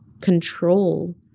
control